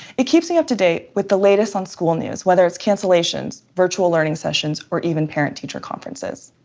it keeps me up to date with the latest on school news, whether it's cancellations, virtual learning sessions, or even parent-teacher conferences.